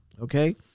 okay